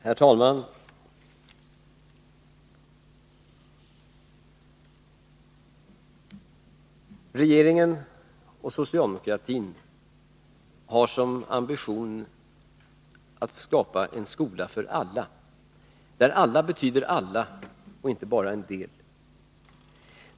Herr talman! Regeringen och socialdemokratin har som ambition att skapa en skola för alla, där alla betyder alla och inte bara en del.